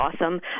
awesome